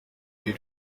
due